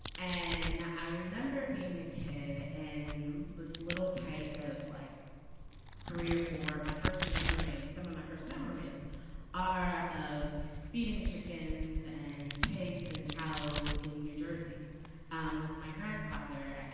and i remember being a kid and this little tyke of like three or four, my first memories, some of my first memories are of feeding chickens and pigs and cows in new jersey with my grandfather.